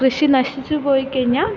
കൃഷി നശിച്ച് പോയി കഴിഞ്ഞാൽ